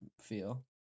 feel